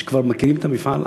שכבר מכירים את המפעל,